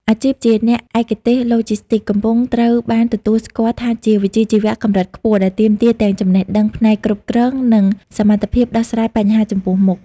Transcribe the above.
អាជីពជាអ្នកឯកទេសឡូជីស្ទីកកំពុងត្រូវបានទទួលស្គាល់ថាជាវិជ្ជាជីវៈកម្រិតខ្ពស់ ដែលទាមទារទាំងចំណេះដឹងផ្នែកគ្រប់គ្រង និងសមត្ថភាពដោះស្រាយបញ្ហាចំពោះមុខ។